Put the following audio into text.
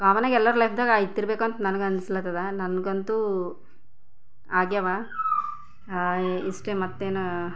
common ಆಗಿ ಎಲ್ಲರ ಲೈಫ್ದಾಗ ಆಯ್ತಿರ್ಬೇಕು ಅಂತ ನನ್ಗೆ ಅನ್ನಿಸ್ಲಾತ್ತದ ನನ್ಗೆ ಅಂತು ಆಗ್ಯಾವ ಇಷ್ಟೆ ಮತ್ತೆನ